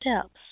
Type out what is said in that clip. steps